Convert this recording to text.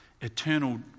Eternal